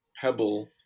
pebble